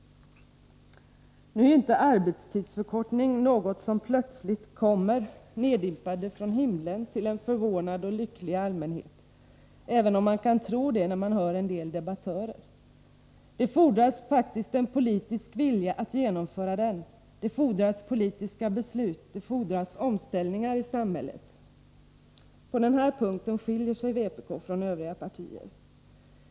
Nu är inte arbetstidsförkortning något som plötsligt kommer neddimpande från himlen till en förvånad och lycklig allmänhet, även om man kan tro det när man hör en del debattörer. Det fordras faktiskt en politisk vilja att genomföra den. Det fordras politiska beslut, och det fordras omställningar i samhället. På den här punkten skiljer sig vpk från övriga partier.